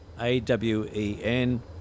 A-W-E-N